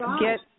get